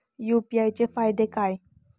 UPI चे फायदे काय?